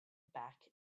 back